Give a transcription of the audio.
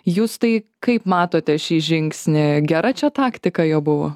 jūs tai kaip matote šį žingsnį gera čia taktika jo buvo